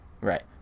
Right